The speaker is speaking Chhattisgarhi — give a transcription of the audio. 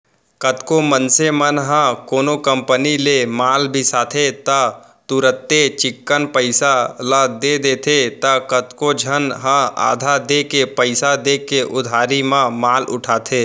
कतको मनसे मन ह कोनो कंपनी ले माल बिसाथे त तुरते चिक्कन पइसा ल दे देथे त कतको झन ह आधा देके पइसा देके उधारी म माल उठाथे